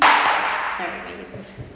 sorry